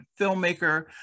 filmmaker